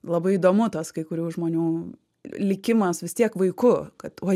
labai įdomu tas kai kurių žmonių likimas vis tiek vaiku kad oi